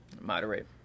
Moderate